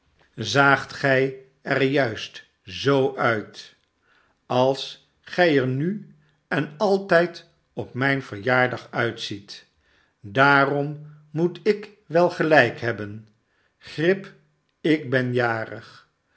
zaagt gij er juist zoo uit als gij er nu en altijd op mijn verjaardag uitziet daarom moet ik wel gelijk hebben grip ik ben jarig